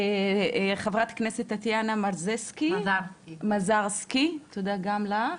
חברת הכנסת טטיאנה מזרסקי, תודה גם לך.